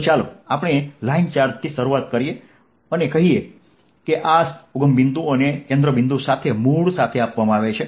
તો ચાલો આપણે લાઈન ચાર્જથી શરૂઆત કરીએ અને કહીએ કે આ ઊગમબિંદુ અને કેન્દ્ર બિંદુ સાથે મૂળ સાથે આપવામાં આવે છે